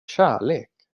kärlek